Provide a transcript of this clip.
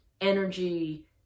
Energy